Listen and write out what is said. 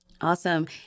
awesome